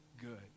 good